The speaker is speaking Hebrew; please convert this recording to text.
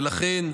ולכן,